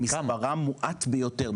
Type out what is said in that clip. מספרם מועט ביותר,